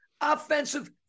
offensive